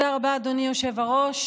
תודה רבה, אדוני היושב-ראש.